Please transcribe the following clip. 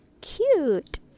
Cute